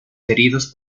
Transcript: heridos